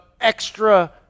extra